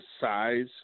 size